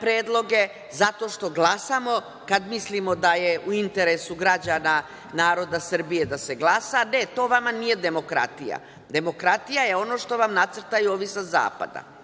predloge, zato što glasamo kad mislimo da je u interesu građana naroda Srbije da se glasa. Ne, to vama nije demokratija. Demokratija je ono što vam nacrtaju ovi sa Zapada